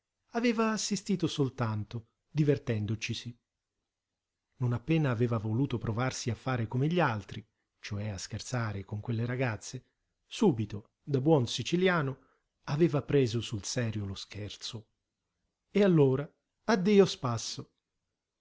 aveva assistito soltanto divertendocisi non appena aveva voluto provarsi a fare come gli altri cioè a scherzare con quelle ragazze subito da buon siciliano aveva preso sul serio lo scherzo e allora addio spasso